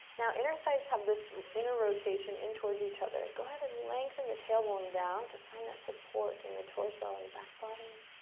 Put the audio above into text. inner thighs have this inner rotation in towards each other. go ahead and lengthen the tailbone down to find that support in the torso and the back body.